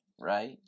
right